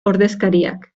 ordezkariak